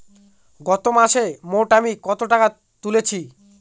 গত মাসে মোট আমি কত টাকা তুলেছি?